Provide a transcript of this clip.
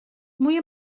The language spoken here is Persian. موی